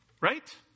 right